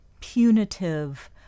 punitive